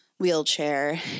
wheelchair